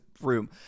room